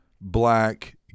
black